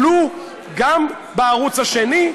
גם בערוץ השני,